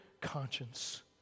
conscience